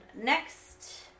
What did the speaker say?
next